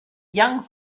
young